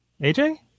AJ